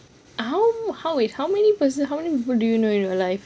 how how wait how many person how many do you know in your life